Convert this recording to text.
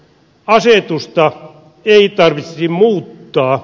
asetusta ei tarvitsisi muuttaa